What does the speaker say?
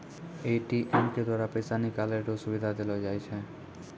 ATM के द्वारा पैसा निकालै रो सुविधा देलो जाय छै